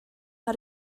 how